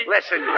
Listen